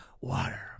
Water